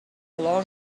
long